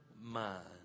mind